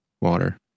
water